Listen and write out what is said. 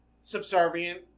subservient